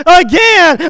again